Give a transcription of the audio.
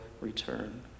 return